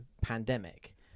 pandemic